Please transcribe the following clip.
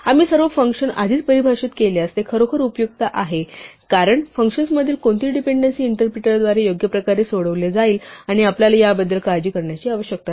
आम्ही सर्व फंक्शन्स आधीच परिभाषित केल्यास ते खरोखर उपयुक्त आहे कारण फंक्शन्समधील कोणतीही डिपेंडेन्सी इंटरप्रिटरद्वारे योग्य प्रकारे सोडवले जाईल आणि आपल्याला याबद्दल काळजी करण्याची आवश्यकता नाही